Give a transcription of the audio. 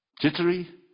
jittery